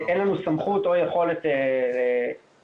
אין לנו סמכות או יכולת להגיב.